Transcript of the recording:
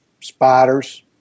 spiders